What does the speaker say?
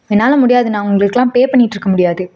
என்னால் முடியாதுண்ணா உங்களுக்கெல்லாம் பே பண்ணிகிட்ருக்க முடியாது